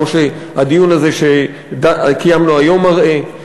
כמו שהדיון הזה שקיימנו היום מראה.